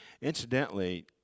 Incidentally